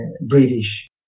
British